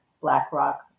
BlackRock